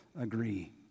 agree